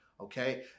Okay